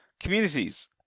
Communities